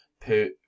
put